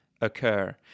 occur